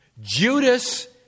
Judas